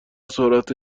سرعت